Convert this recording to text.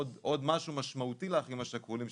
עוד משהו משמעותי לאחים השכולים,